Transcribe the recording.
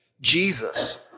Jesus